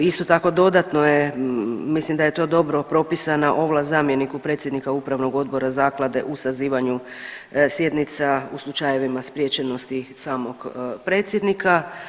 Isto tako dodatno je, mislim da je to dobro propisana ovlast zamjeniku predsjednika upravnog odbora zaklade u sazivanju sjednica u slučajevima spriječenosti samog predsjednika.